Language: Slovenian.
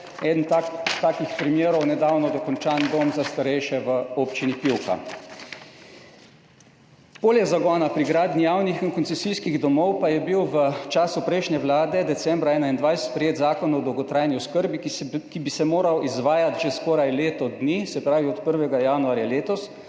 zboru/ je nedavno dokončan dom za starejše v občini Pivka. Poleg zagona pri gradnji javnih in koncesijskih domov pa je bil v času prejšnje vlade decembra 2021 sprejet Zakon o dolgotrajni oskrbi, ki bi se moral izvajati že skoraj leto dni, se pravi od 1. januarja letos,